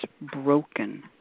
broken